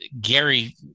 Gary